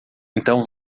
então